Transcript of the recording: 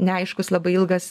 neaiškus labai ilgas